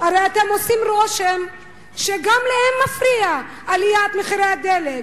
הרי אתם עושים רושם שגם לכם מפריעה עליית מחירי הדלק,